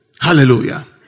Hallelujah